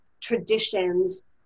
traditions